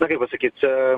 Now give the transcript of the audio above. na kaip pasakyt